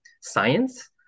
science